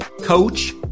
coach